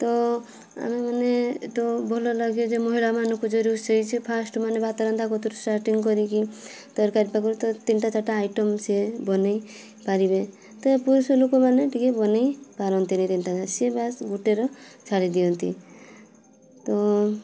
ତ ଆମ୍ଭେମାନେ ତ ଭଲ ଲାଗେ ଯେ ମହିଳା ମାନଙ୍କୁ ଯେ ରୋଷେଇ ସେ ଫାଷ୍ଟ୍ ମାନେ ଭାତ ରନ୍ଧା କତିରୁ ଷ୍ଟାଟିଙ୍ଗ୍ କରିକି ତରକାରୀ ପାଖୁରୁ ତ ତିନିଟା ଚାରିଟା ଆଇଟମ ସେ ବନେଇ ପାରିବେ ତ ପୁରୁଷ ଲୋକମାନେ ଟିକେ ବନେଇ ପାରନ୍ତିନି ତିନିଟା ଚାରିଟା ସେ ବାସ୍ ଗୋଟେରେ ସାରି ଦିଆନ୍ତି ତ